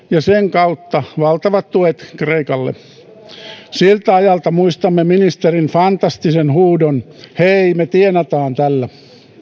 ja sen kautta valtavat tuet kreikalle siltä ajalta muistamme ministerin fantastisen huudon hei me tienataan tällä